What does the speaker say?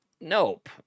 nope